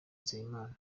nzeyimana